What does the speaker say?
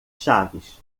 chaves